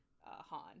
Han